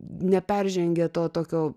neperžengė to tokio